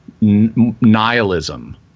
nihilism